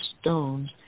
stones